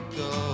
go